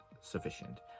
sufficient